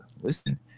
listen